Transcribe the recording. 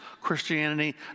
Christianity